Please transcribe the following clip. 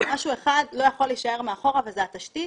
משהו אחד לא יכול להישאר מאחור וזה התשתית.